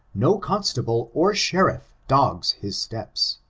no constable or sheriff dogs his steps,